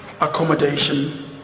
accommodation